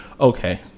Okay